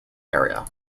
area